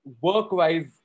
work-wise